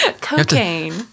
Cocaine